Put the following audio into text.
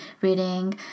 reading